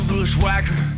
Bushwhacker